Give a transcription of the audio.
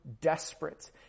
desperate